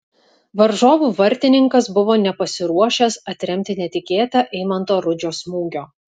varžovų vartininkas buvo nepasiruošęs atremti netikėtą eimanto rudžio smūgio